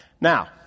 Now